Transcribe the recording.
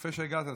יפה שהגעת.